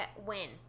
win